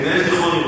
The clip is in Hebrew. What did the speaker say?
דרך אגב,